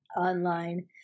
online